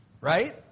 Right